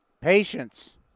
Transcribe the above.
Patience